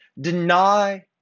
Deny